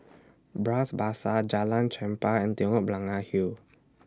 Bras Basah Jalan Chempah and Telok Blangah Hill